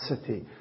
city